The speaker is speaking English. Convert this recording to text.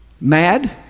Mad